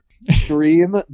Stream